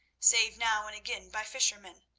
save now and again by fishermen.